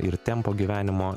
ir tempo gyvenimo